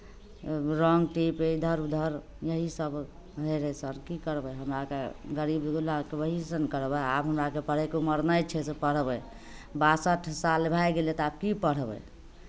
रङ्ग टीप इधर उधर यही सभ होइत रहै सर की करबै हमरा आरके गरीब दुखिआके वही सभ ने करबै आब हमरा पढ़यके उमर नहि छै से पढ़बै बासठि साल भए गेलै तऽ आब की पढ़बै